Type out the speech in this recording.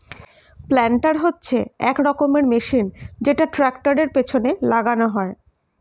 planter হচ্ছে এক রকমের মেশিন যেটা ট্র্যাক্টরের পেছনে লাগানো হয়